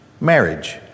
marriage